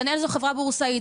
דנאל זו חברה בורסאית,